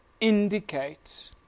indicate